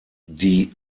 die